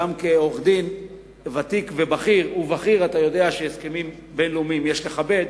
גם כעורך-דין ותיק ובכיר אתה יודע שהסכמים בין-לאומיים יש לכבד,